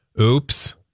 oops